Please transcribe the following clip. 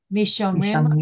Mishomrim